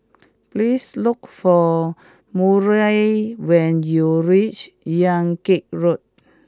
please look for Murray when you reach Yan Kit Road